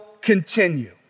continue